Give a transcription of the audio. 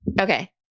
Okay